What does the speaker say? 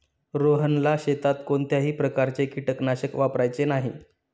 रोहनला शेतात कोणत्याही प्रकारचे कीटकनाशक वापरायचे नाही